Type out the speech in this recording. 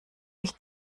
ich